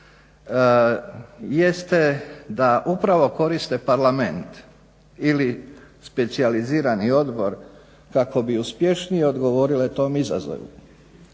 jeste da upravo koriste Parlament ili specijalizirani odbor kako bi uspješnije odgovorile tom izazovu.